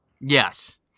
Yes